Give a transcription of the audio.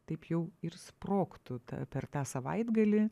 taip jau ir sprogtų ta per tą savaitgalį